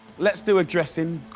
lets do a dressing.